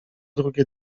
drugie